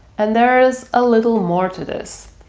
and there is a little more to this.